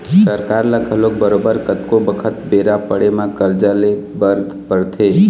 सरकार ल घलोक बरोबर कतको बखत बेरा पड़े म करजा ले बर परथे